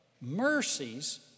mercies